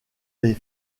les